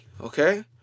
Okay